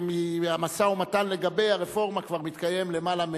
המשא-ומתן לגבי הרפורמה כבר מתקיים למעלה,